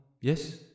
Yes